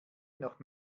noch